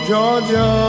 Georgia